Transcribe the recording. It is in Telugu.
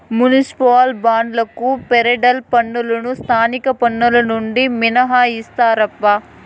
మునిసిపల్ బాండ్లకు ఫెడరల్ పన్నులు స్థానిక పన్నులు నుండి మినహాయిస్తారప్పా